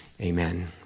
Amen